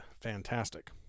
fantastic